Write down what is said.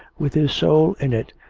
with his soul in it,